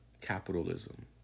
capitalism